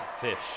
fish